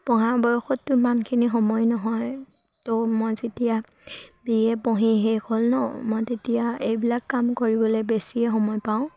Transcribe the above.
পঢ়া বয়সততো ইমানখিনি সময় নহয় ত' মই যেতিয়া বি এ পঢ়ি শেষ হ'ল নহ্ মই তেতিয়া এইবিলাক কাম কৰিবলৈ বেছিয়ে সময় পাওঁ